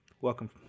Welcome